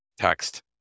text